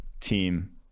team